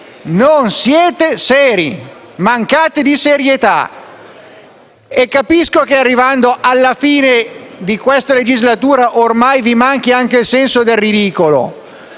Non siete seri, mancate di serietà! E capisco che arrivando alla fine di questa legislatura, ormai vi manchi anche il senso del ridicolo,